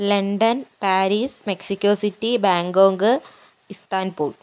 London Paris Mexico city Bangkok Istanbul